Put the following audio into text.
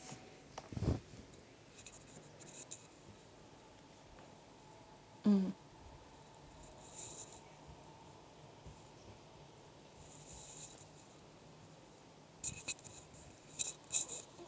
mm